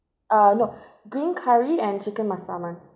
err no green curry and chicken massaman